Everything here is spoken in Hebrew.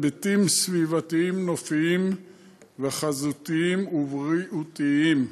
היבטים סביבתיים נופיים וחזותיים ובריאותיים.